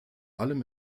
allem